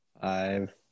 Five